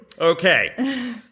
Okay